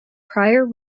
prior